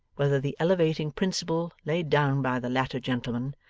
whether the elevating principle laid down by the latter gentleman,